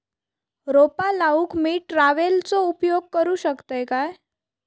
रोपा लाऊक मी ट्रावेलचो उपयोग करू शकतय काय?